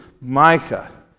Micah